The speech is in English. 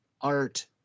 art